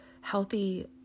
healthy